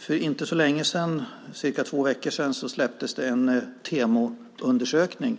För inte så länge sedan, för cirka två veckor sedan, släpptes en Temoundersökning,